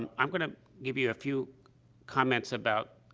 um i'm going to give you a few comments about,